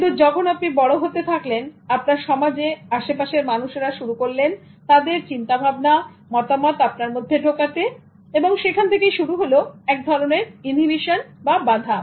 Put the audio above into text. কিন্তু যখন আপনি বড় হতে থাকলেন আপনার সমাজে আশেপাশের মানুষেরা শুরু করলেন তাদের চিন্তাভাবনা মতামত আপনার মধ্যে ঢোকাতে এবং সেখান থেকেই শুরু হলো এক ধরনের ইনহিবিশন বা বাধা